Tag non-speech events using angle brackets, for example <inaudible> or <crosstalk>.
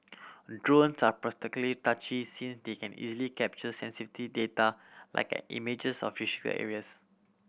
drones are particularly touchy since they can easily capture sensitive data like images of <unintelligible> areas